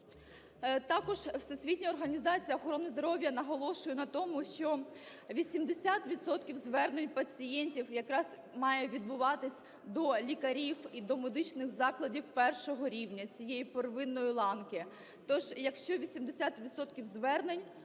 Також Всесвітня організація охорони здоров'я наголошує на тому, що 80 відсотків звернень пацієнтів якраз має відбуватися до лікарів і до медичних закладів першого рівня цієї первинної ланки. Тож, якщо 80 відсотків